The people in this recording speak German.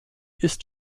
ist